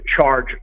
charge